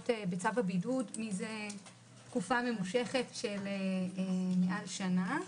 בצו הבידוד זה תקופה ממושכת של למעלה משנה.